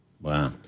wow